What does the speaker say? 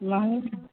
महङ्गा